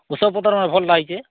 ଔଷଧପତର୍ କାଣ ଭଲଟା ଆଇଛେ